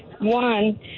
One